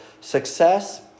success